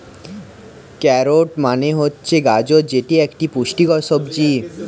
carrot মানে হচ্ছে গাজর যেটি একটি পুষ্টিকর সবজি